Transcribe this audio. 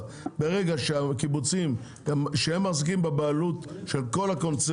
ואם הוא בהפסד של כמה מיליונים הוא עדיין